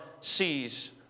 sees